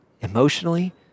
emotionally